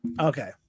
Okay